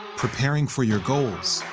preparing for your goals,